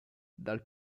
dal